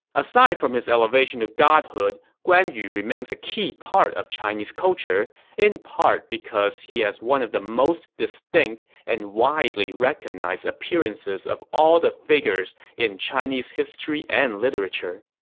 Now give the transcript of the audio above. aside from his elevation to godhood, guan yu remains a key part of chinese culture in part because he has one of the most distinct and widely recognized appearances of all the figures in chinese history and literature.